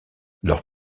leur